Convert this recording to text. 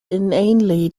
inanely